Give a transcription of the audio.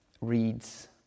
reads